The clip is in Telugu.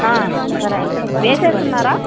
సరే అండి వేసేసున్నారా